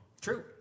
True